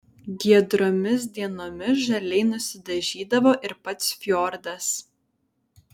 giedromis dienomis žaliai nusidažydavo ir pats fjordas